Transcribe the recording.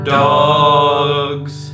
dogs